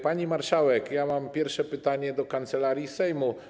Pani marszałek, ja mam pierwsze pytanie do Kancelarii Sejmu.